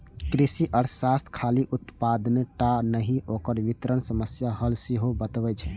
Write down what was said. कृषि अर्थशास्त्र खाली उत्पादने टा नहि, ओकर वितरण समस्याक हल सेहो बतबै छै